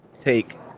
Take